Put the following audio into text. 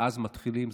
ואז מתחילים,